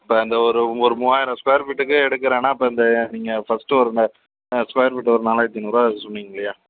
இப்போ அந்த ஒரு ஒரு மூவாயிரம் ஸ்கொயர் ஃபீட்டுக்கு எடுக்கறனா இப்போ இந்த நீங்கள் ஃபர்ஸ்ட்டு ஒரு ம ஸ்கொயர் ஃபீட்டு ஒரு நாலாயிரத்து ஐந்நூறுரூவா சொன்னிங்க இல்லையா